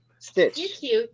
Stitch